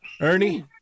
Ernie